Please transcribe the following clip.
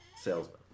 salesman